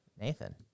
Nathan